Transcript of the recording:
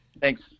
Thanks